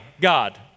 God